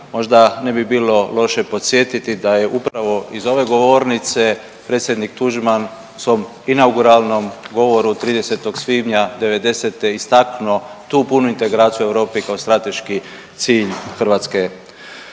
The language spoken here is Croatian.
možda ne bi bilo loše podsjetiti da je upravo iz ove govornice predsjednik Tuđman u svom inauguralnom govoru 30. svibnja '90. istaknuo tu punu integraciju Europi kao strateški cilj Hrvatske